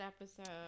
episode